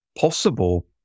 possible